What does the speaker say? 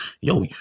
Yo